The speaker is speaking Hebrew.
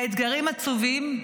האתגרים עצומים,